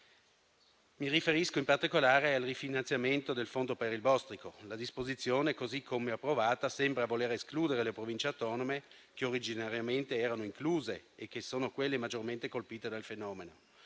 Mi riferisco in particolare al rifinanziamento del fondo per il bostrico: la disposizione, così come approvata, sembra voler escludere le Province autonome, che originariamente erano incluse e che sono quelle maggiormente colpite dal fenomeno;